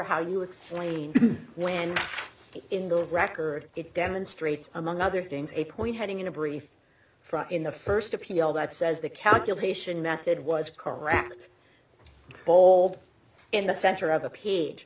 how you explain when in the record it demonstrates among other things a point heading in a brief in the first appeal that says the calculation method was correct bald in the center of the page